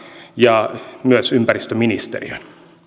ja myös ympäristöministeriön